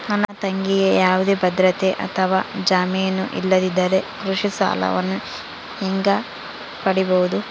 ನನ್ನ ತಂಗಿಗೆ ಯಾವುದೇ ಭದ್ರತೆ ಅಥವಾ ಜಾಮೇನು ಇಲ್ಲದಿದ್ದರೆ ಕೃಷಿ ಸಾಲವನ್ನು ಹೆಂಗ ಪಡಿಬಹುದು?